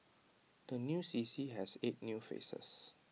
the new C C has eight new faces